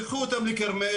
תיקחו אותם לכרמיאל,